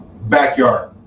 backyard